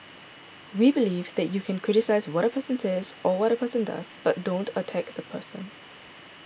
we believe that you can criticise what a person says or what a person does but don't attack the person